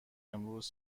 امروز